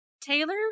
Taylor